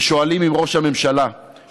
ושואלים את ראש הממשלה: